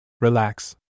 relax